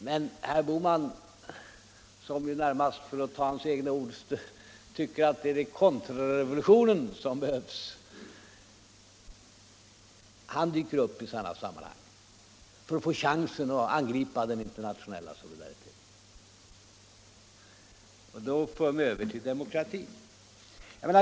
Men herr Bohman, som — för att ta hans egna ord — närmast tycker att det är kontrarevolutionen som behövs, dyker upp i sådana här sammanhang för att få chansen att angripa den internationella solidariteten. Då kommer vi över till demokratin.